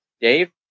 dave